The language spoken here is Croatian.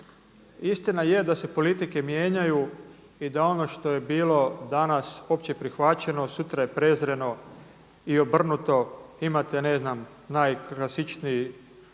istina je da se politike mijenjaju i da je ono što je bilo danas opće prihvaćeno sutra je prezreno i obrnuto. Imate ne znam najklasičniji